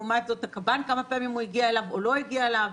לעומת זאת הקב"ן רואה כמה פעמים הוא הגיע אליו או לא הגיע אליו,